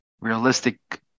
realistic